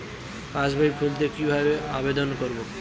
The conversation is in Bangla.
পাসবই খুলতে কি ভাবে আবেদন করব?